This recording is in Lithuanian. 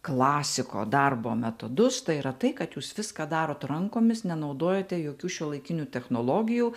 klasiko darbo metodus tai yra tai kad jūs viską darot rankomis nenaudojate jokių šiuolaikinių technologijų